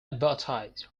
advertise